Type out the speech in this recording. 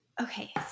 Okay